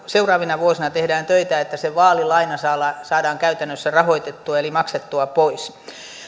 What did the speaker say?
seuraavina vuosina tehdään töitä että se vaalilaina saadaan käytännössä rahoitettua eli maksettua pois